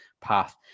path